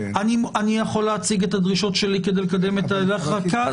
אני יכול להציג את הדרישות שלי כדי לקדם את החקיקה.